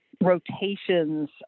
rotations